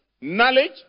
knowledge